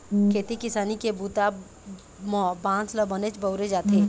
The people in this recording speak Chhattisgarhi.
खेती किसानी के बूता म बांस ल बनेच बउरे जाथे